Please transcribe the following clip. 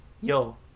yo